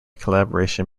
collaboration